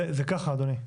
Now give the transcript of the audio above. זה ככה, אדוני.